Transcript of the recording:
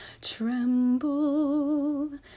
tremble